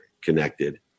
connected